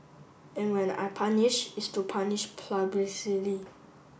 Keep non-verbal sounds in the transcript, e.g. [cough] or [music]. and when I punish it's to punish [unintelligible]